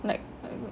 like